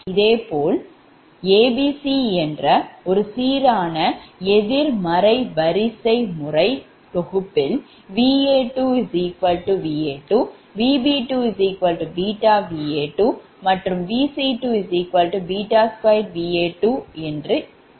இதேபோல் அதே abc என்ற ஒரு சீரான எதிர்மறை வரிசைமுறை தொகுப்பில் Va2 Va2 Vb2 βVa2 மற்றும் Vc2 2Va2ஆகும்